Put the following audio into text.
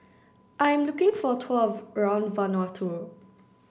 I am looking for a around Vanuatu